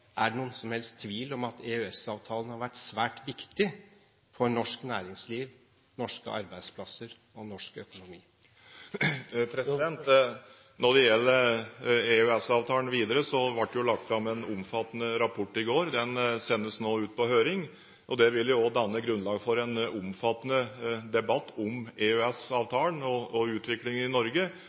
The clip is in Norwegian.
norsk næringsliv, norske arbeidsplasser og norsk økonomi? Når det gjelder EØS-avtalen videre, ble det jo lagt fram en omfattende rapport i går. Den sendes nå ut på høring, og det vil også danne grunnlag for en omfattende debatt om EØS-avtalen og utviklingen i Norge,